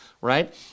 right